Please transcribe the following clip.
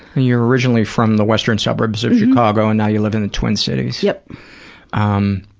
and you are originally from the western suburbs of chicago and now you live in the twin cities. yeah um